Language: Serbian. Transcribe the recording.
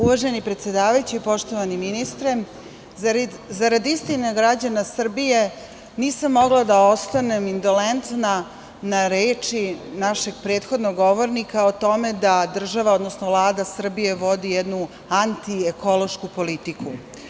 Uvaženi predsedavajući, poštovani ministre, zarad istine građana Srbije nisam mogla da ostanem indolentna na reči našeg prethodnog govornika o tome da država, odnosno Vlada Srbije vodi jednu anti ekološku politiku.